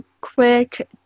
quick